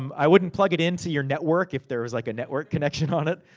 i wouldn't plug it into your network, if there was like a network connection on it.